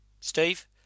Steve